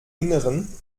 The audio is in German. innern